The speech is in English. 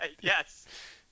Yes